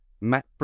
Matt